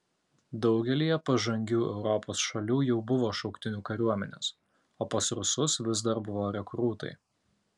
daugelyje pažangių europos šalių jau buvo šauktinių kariuomenės o pas rusus vis dar buvo rekrūtai